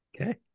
Okay